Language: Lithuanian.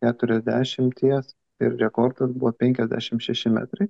keturiasdešimties ir rekordas buvo penkiasdešim šeši metrai